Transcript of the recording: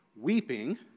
weeping